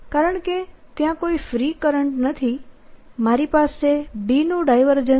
કારણકે ત્યાં કોઈ ફ્રી કરંટ નથી મારી પાસે B નું ડાયવર્જન્સ